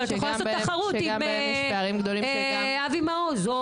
אבל את יכולה לעשות תחרות עם אבי מעוז,